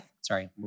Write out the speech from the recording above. Sorry